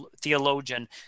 theologian